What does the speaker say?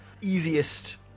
easiest